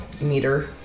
meter